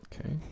Okay